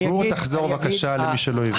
גור, תחזור בבקשה למי שלא הבין.